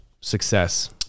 success